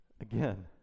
again